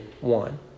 one